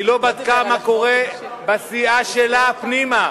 היא לא בדקה מה קורה בסיעה שלה פנימה.